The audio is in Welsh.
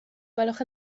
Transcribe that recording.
gwelwch